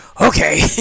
Okay